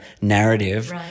narrative